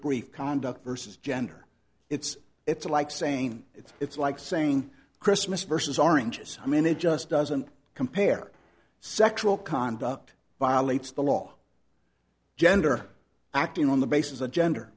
brief conduct versus gender it's it's like saying it's it's like saying christmas versus oranges i mean it just doesn't compare sexual conduct violates the law gender acting on the basis of gender